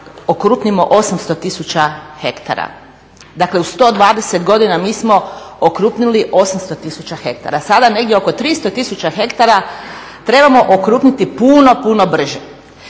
okrupnimo 800 000 hektara, dakle u 120 godina mi smo okrupnili 800 000 hektara. Sada negdje oko 300 000 hektara trebamo okrupniti puno, puno brže.